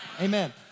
Amen